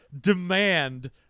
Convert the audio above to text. demand